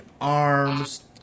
arms